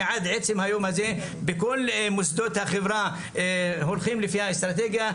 שעד עצם היום הזה בכל מוסדות החברה הולכים לפי האסטרטגיה,